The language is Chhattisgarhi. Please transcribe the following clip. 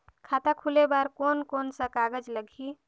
खाता खुले बार कोन कोन सा कागज़ लगही?